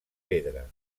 pedra